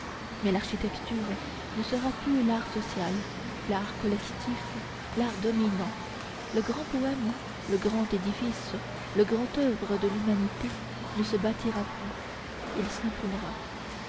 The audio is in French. mais l'architecture ne sera plus l'art social l'art collectif l'art dominant le grand poème le grand édifice le grand oeuvre de l'humanité ne se bâtira plus il s'imprimera